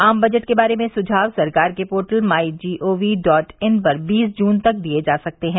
आम बजट के बारे में सुझाव सरकार के पोर्टल माईजीओवी डॉट इन पर बीस जून तक दिये जा सकते हैं